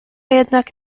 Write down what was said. jednak